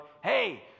hey